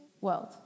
world